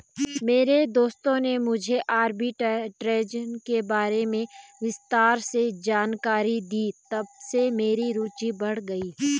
मेरे दोस्त ने मुझे आरबी ट्रेज़ के बारे में विस्तार से जानकारी दी तबसे मेरी रूचि बढ़ गयी